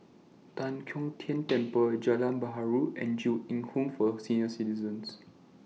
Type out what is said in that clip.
Tan Kong Tian Temple Jalan Perahu and Ju Eng Home For Senior Citizens